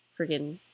friggin